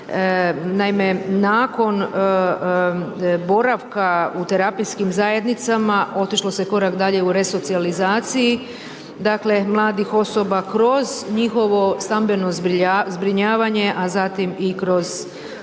Naime, nakon boravka u terapijskim zajednicama otišlo se korak dalje u resocijalizaciji dakle mladih osoba kroz njihovo stambeno zbrinjavanje, a zatim i kroz dakle